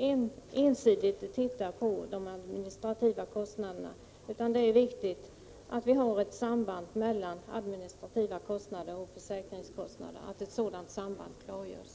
man ensidigt tittar på de administrativa kostnaderna. Det är alltså viktigt att det finns ett samband mellan administrativa kostnader och försäkringskostnader. Vidare är det viktigt att det sambandet klarläggs.